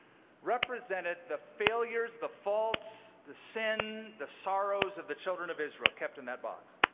represented the failures, the faults, the sin, the sorrows of the children of israel kept in that box.